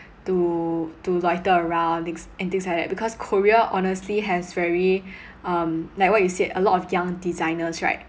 to to loiter around things and things like that because korea honestly has very um like what you said a lot of young designers right